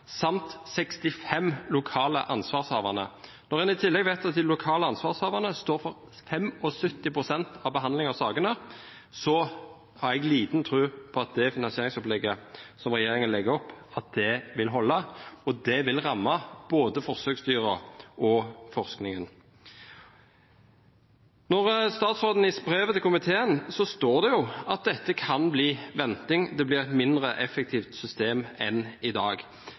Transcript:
samt 65 lokale ansvarshavende. Når en i tillegg vet at de lokale ansvarshavende står for 75 pst. av behandlingen av sakene, har jeg liten tro på at finansieringsopplegget fra regjeringen vil holde – det vil ramme både forsøksdyrene og forskningen. Statsråden sier i brevet til komiteen at det kan bli venting, og at det blir et mindre effektivt system enn i dag.